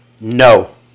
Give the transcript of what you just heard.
No